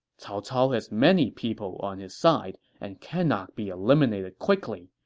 cao cao has many people on his side and cannot be eliminated quickly.